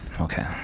Okay